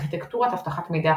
ארכיטקטורת אבטחת מידע